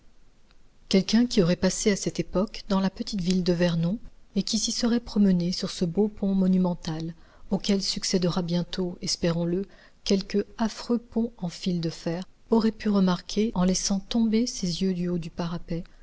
quelqu'un qui aurait passé à cette époque dans la petite ville de vernon et qui s'y serait promené sur ce beau pont monumental auquel succédera bientôt espérons-le quelque affreux pont en fil de fer aurait pu remarquer en laissant tomber ses yeux du haut du parapet